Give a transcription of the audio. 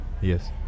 Yes